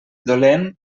dolent